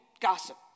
gossip